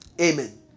Amen